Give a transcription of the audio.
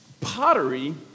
pottery